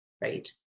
right